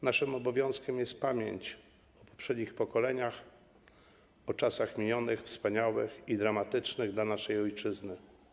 Naszym obowiązkiem jest pamięć o poprzednich pokoleniach, o czasach minionych, wspaniałych i dramatycznych dla naszej ojczyzny.